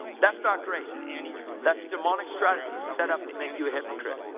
that's not grace that's demonic strategy set up to make you a hypocrite.